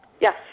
Yes